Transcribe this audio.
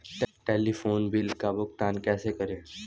Telephone bill का भुगतान कैसे करें?